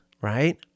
right